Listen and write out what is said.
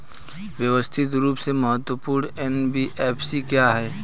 व्यवस्थित रूप से महत्वपूर्ण एन.बी.एफ.सी क्या हैं?